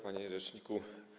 Panie Rzeczniku!